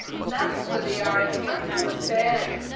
nuts with the article. let's go to bed!